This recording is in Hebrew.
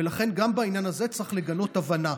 ולכן גם בעניין הזה צריך לגלות הבנה.